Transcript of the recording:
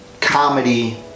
comedy